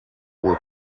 were